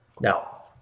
now